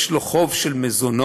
יש לו חוב של מזונות,